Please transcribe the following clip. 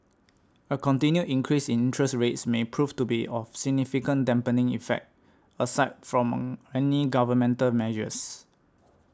a continued increase in interest rates may prove to be of significant dampening effect aside from any governmental measures